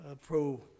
Pro